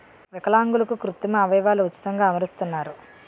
విలాంగులకు కృత్రిమ అవయవాలు ఉచితంగా అమరుస్తున్నారు